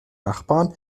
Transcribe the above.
nachbarn